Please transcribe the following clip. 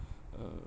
uh